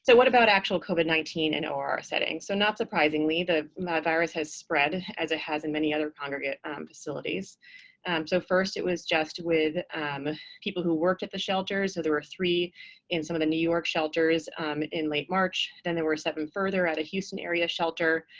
so what about actual covid nineteen in orr settings? so not surprisingly, the virus has spread, as it has in many other congregate um facilities and so first, it was just with people who worked at the shelters. so there were three in some of the new york shelters in late march. then there were seven further at a houston-area shelter.